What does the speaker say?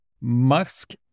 Musk